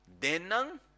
Denang